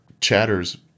chatters